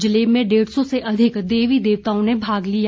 जलेब में डेढ़ सौ अधिक देवी देवताओं ने भाग लिया